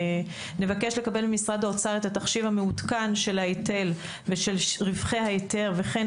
נבקש לקבל ממשרד האוצר את התחשיב המעודכן של ההיטל ושל רווחי ההיתר וכן